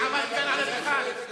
שעמד כאן על הדוכן,